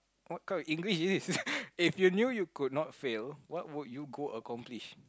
what kind of English is this if you knew you could not fail what would you go accomplish